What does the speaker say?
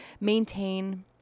maintain